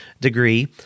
degree